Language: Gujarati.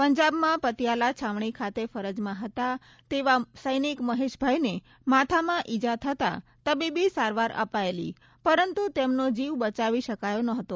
પંજાબમાં પતિયાલા છાવણી ખાતે ફરજમાં હતા તેવા સૈનિક મહેશભાઈને માથામાં ઈજા થતા તબીબી સારવાર અપાયેલી પરંતુ તેમનો જીવ બચાવી શકાયો નહોતો